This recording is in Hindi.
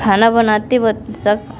खाना बनाते वक्त सब